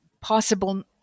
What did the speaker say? possible